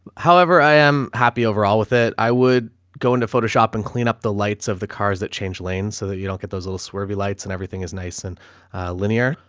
however i am happy overall with it. i would go into photoshop and clean up the lights of the cars that change lanes so that you don't get those little swervy lights and everything is nice and linear,